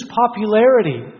popularity